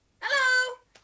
Hello